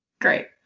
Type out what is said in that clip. Great